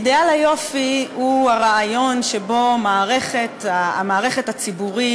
אידיאל היופי הוא הרעיון שבו המערכת הציבורית,